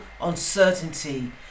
uncertainty